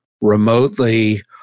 remotely